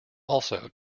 also